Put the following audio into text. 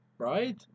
Right